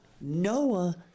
Noah